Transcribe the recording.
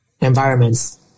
environments